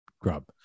grub